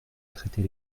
traiter